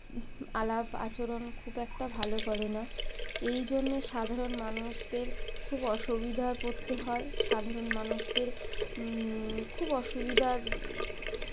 আলাপ আচরণ খুব একটা ভালো করে না এই জন্যে সাধারণ মানুষদের খুব অসুবিধায় পড়তে হয় সাধারণ মানুষদের খুব অসুবিধার